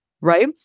Right